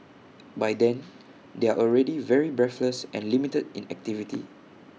by then they are already very breathless and limited in activity